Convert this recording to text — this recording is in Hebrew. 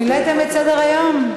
מילאתם את סדר-היום.